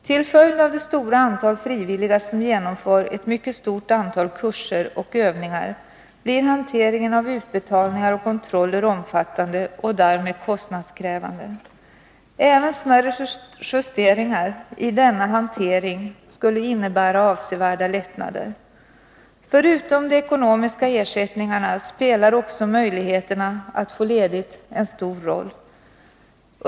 Till följd av det stora antalet frivilliga, som genomför en mängd kurser och övningar, blir hanteringen av utbetalningar och kontroller omfattande och därmed kostnadskrävande. Även smärre justeringar i denna hantering skulle innebära avsevärda lättnader. Förutom de ekonomiska ersättningarna spelar också möjligheterna att få ledigt en stor roll.